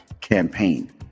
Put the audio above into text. campaign